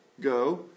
Go